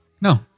No